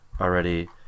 already